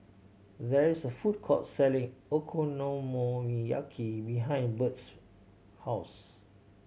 there is a food court selling Okonomiyaki behind Birt's house